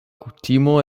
kutimo